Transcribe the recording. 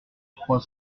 trois